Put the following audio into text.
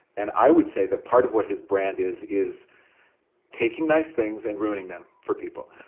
and i would say that part of what his brand is, is taking nice things and ruining them for people.